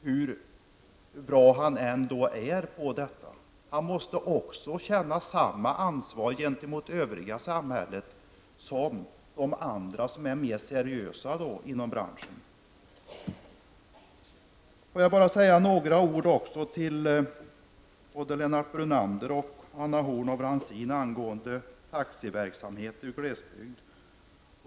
Hur bra han än är på detta måste han också känna samma ansvar gentemot det övriga samhället som de andra, som är mera seriösa inom branschen. Får jag också säga några ord till Lennart Brunander och Anna Horn af Rantzien angående taxiverksamhet i glesbygd.